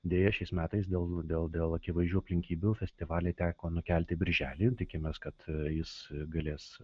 deja šiais metais dėl dėl dėl akivaizdžių aplinkybių festivalį teko nukelti birželį tikimės kad jis galės